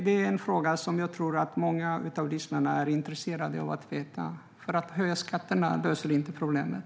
Det är en fråga som jag tror att många av dem som lyssnar är intresserade av att få svar på. Att höja skatterna löser inte problemet.